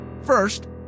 First